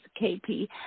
KP